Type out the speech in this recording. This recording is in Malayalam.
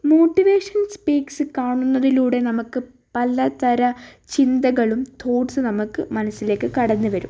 മോട്ടിവേഷൻ സ്പീക്സ് കാണുന്നതിലൂടെ നമുക്ക് പലതര ചിന്തകളും തോട്സും നമുക്ക് മനസ്സിലേക്ക് കടന്നുവരും